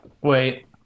Wait